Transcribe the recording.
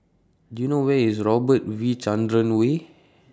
Do YOU know Where IS Robert V Chandran Way